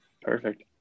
perfect